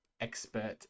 expert